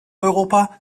europa